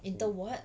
inter what